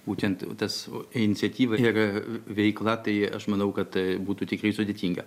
būtent tas iniciatyvair veikla tai aš manau kad būtų tikrai sudėtinga